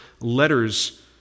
letters